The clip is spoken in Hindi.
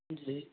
जी